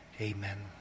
Amen